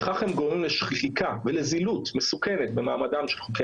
בכך הם גורמים לשחיקה ולזילות מסוכנת במעמדם של חוקי